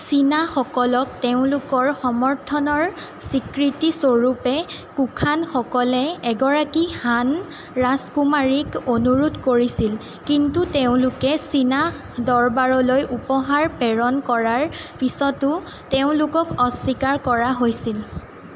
চীনাসকলক তেওঁলোকৰ সমৰ্থনৰ স্বীকৃতি স্বৰূপে কুখানসকলে এগৰাকী হান ৰাজকুমাৰীক অনুৰোধ কৰিছিল কিন্তু তেওঁলোকে চীনা দৰবাৰলৈ উপহাৰ প্ৰেৰণ কৰাৰ পিছতো তেওঁলোকক অস্বীকাৰ কৰা হৈছিল